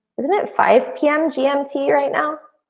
isn't it five p m. gmt right now?